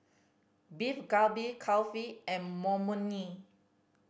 Beef Galbi Kulfi and Imoni